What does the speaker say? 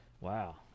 wow